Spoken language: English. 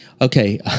Okay